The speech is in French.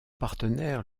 partenaire